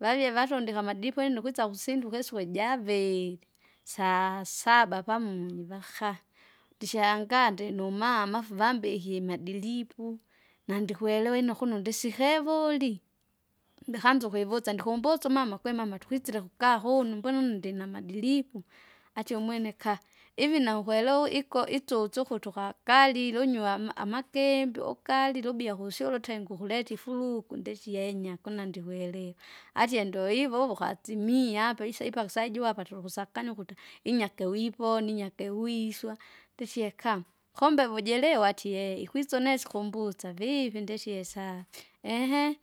Vavie vatundika amadripu yaani nukwisa kusinduka isiku ijavili, saa saba pamunyi vaha, ndishangaa ndinumama afu vambikie imadiripu, nandikwelewa ino kuno ndisikevoli, ndikanza ukuivusa ndikumbusa umama kwemama tukisike kukahunu mbona une ndinamadilipu? Atie umwene kaa! ivi naukwelewa iko itsusu ukutu ukakalile unywama amakimbi ukalile ubia kusyule ulutengu kuleta ifuluku nditienya kuna ndikwelewa? Atie ndoivo uvo ukatsimie apa isa ipasiajiwa apa tukuasakanya ukuta, inyake wipo ninyake wiswa, nditie kaa, kombe vojelewa atie eehe ikwisa unesi kumbusa vipi? Nditie safi, eehe!